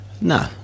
No